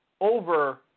over